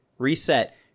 reset